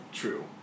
true